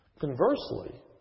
Conversely